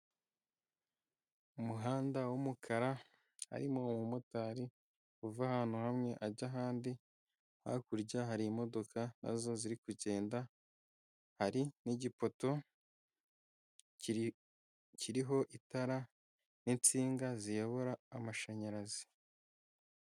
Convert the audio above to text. Umuhanda w'umukara harimo umumotari uva ahantu hamwe ajya ahandi, hakurya harimo imodaka nazo ziri kugenda hari n'igipoto kriho itara n'insinga ziyobora amashanyarazi.